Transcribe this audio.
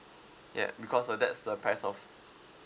yup because uh that's the price of